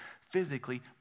physically